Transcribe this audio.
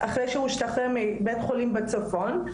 אחרי שהוא השתחרר מבית חולים בצפון.